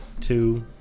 two